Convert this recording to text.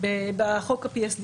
בחוק ה-PSD.